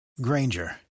Granger